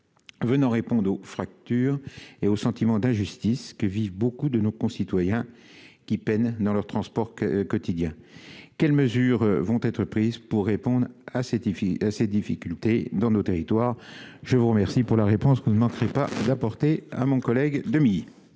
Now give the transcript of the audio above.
venant répondent aux fractures et au sentiment d'injustice que vivent beaucoup de nos concitoyens qui peine dans leur transport que quotidien quelles mesures vont être prises pour répondre à cette Hi-Fi ces difficultés dans nos territoires, je vous remercie pour la réponse qu'on ne manquerait pas d'apporter à mon collègue demi-.